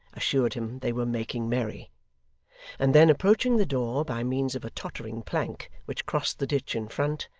assured him they were making merry and then approaching the door, by means of a tottering plank which crossed the ditch in front,